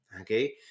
okay